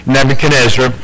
Nebuchadnezzar